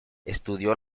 estudió